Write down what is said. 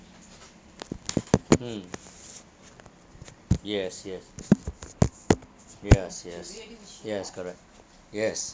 hmm yes yes yes yes yes correct yes